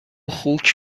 خوک